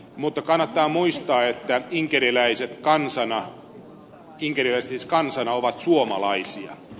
mutta kannattaa muistaa että inkeriläiset siis kansana ovat suomalaisia